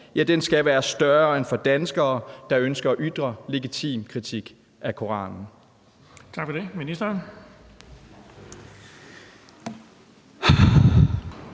massemord skal være større end for danskere, der ønsker at ytre legitim kritik af Koranen?